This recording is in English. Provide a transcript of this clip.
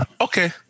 Okay